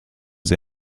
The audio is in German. sie